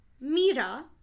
Mira